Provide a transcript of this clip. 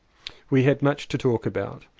we had much to talk about.